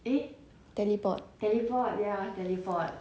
teleport